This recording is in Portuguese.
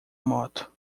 moto